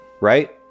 right